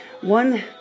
One